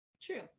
true